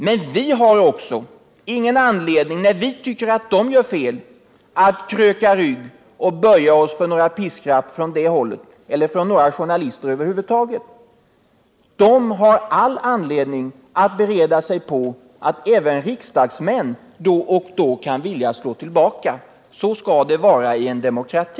Men vi i vår tur har ingen anledning att, när vi tycker att de gör fel, kröka rygg och böja oss för några piskrapp från det hållet eller från några journalister över huvud taget. De har all anledning att bereda sig på att även riksdagsmän då och då kan vilja slå tillbaka. Så skall det vara i en demokrati.